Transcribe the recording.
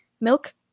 milk